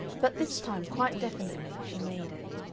but this time quite definitely she made it.